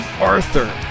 Arthur